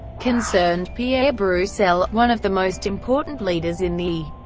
concerned pierre broussel, one of the most important leaders in the.